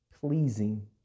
pleasing